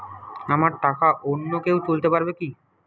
আমার টাকা অন্য কেউ তুলতে পারবে কি?